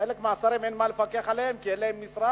שחלק מהשרים, אין מה לפקח עליהם, כי אין להם משרד.